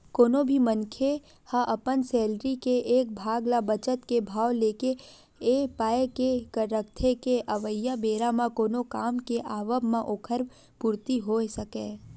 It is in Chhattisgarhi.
कोनो भी मनखे ह अपन सैलरी के एक भाग ल बचत के भाव लेके ए पाय के रखथे के अवइया बेरा म कोनो काम के आवब म ओखर पूरति होय सकय